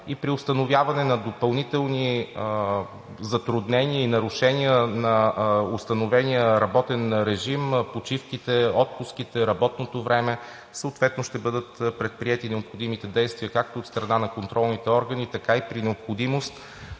При установяване на допълнителни затруднения и нарушения на установения работен режим – почивките, отпуските, работното време, съответно ще бъдат предприети необходимите действия както от страна на контролните органи, така и при необходимост